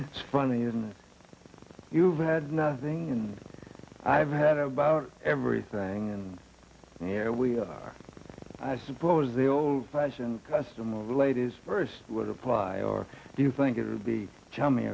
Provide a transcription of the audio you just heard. it's funny and you've had nothing and i've had about everything and here we are i suppose the old fashioned custom of ladies first would apply or do you think it would be chummy